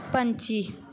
ਪੰਛੀ